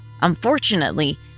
Unfortunately